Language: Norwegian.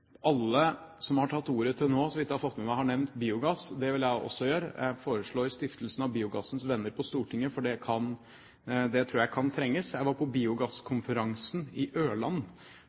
Alle som har hatt ordet til nå, har, så vidt jeg har fått med meg, nevnt biogass. Det vil jeg også gjøre. Jeg foreslår stiftelsen av Biogassens Venner på Stortinget, for det tror jeg kan trenges. Jeg var på biogasskonferansen på Ørland